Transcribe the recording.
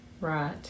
right